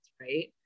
right